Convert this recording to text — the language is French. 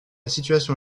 situation